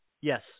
Yes